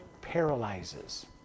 paralyzes